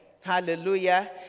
Hallelujah